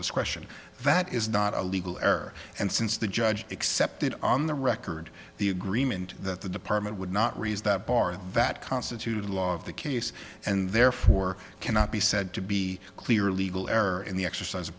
discretion that is not a legal error and since the judge accepted on the record the agreement that the department would not raise that bar that constituted law of the case and therefore cannot be said to be clear legal error in the exercise